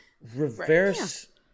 Reverse